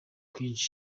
kwinshi